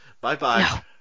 Bye-bye